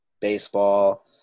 Baseball